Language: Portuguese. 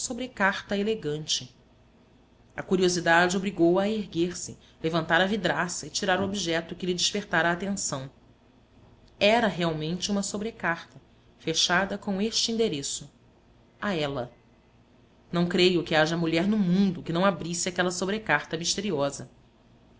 sobrecarta elegante a curiosidade obrigou-a a erguer-se levantar a vidraça e tirar o objeto que lhe despertara a atenção era realmente uma sobrecarta fechada com este endereço a ela não creio que haja mulher no mundo que não abrisse aquela sobrecarta misteriosa